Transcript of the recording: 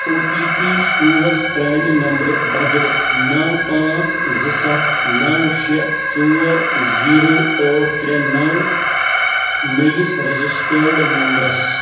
او T P سوز پرٛانہِ نمبرٕ بدلہٕ نَو پانٛژھ زٕ ستھ نَو شےٚ ژور زیٖرو ٲٹھ ترٛےٚ نَو نٔیِس رٮ۪جِسٹٲرڈ نمبرَس